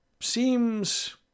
seems